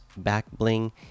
backbling